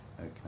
Okay